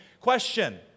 question